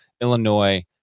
Illinois